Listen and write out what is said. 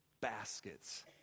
baskets